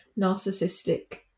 narcissistic